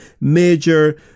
major